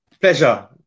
pleasure